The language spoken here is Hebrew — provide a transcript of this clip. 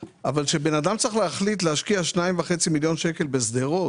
כשבן אדם צריך להחליט אם להשקיע שניים וחצי מיליון שקל בשדרות